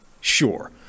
sure –